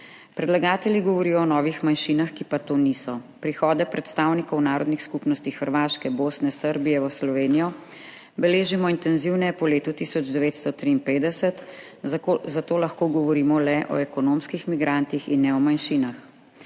Predlagatelji govorijo o novih manjšinah, ki pa to niso. Prihode predstavnikov narodnih skupnosti iz Hrvaške, Bosne, Srbije v Slovenijo beležimo intenzivneje po letu 1953, zato lahko govorimo le o ekonomskih migrantih in ne o manjšinah.